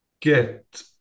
get